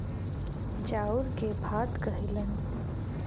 चाउर के भात कहेलन